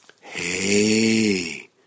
Hey